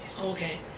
Okay